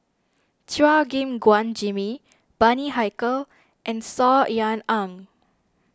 Chua Gim Guan Jimmy Bani Haykal and Saw Ean Ang